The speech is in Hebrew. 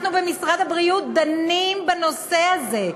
אנחנו במשרד הבריאות דנים בנושא הזה.